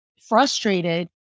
frustrated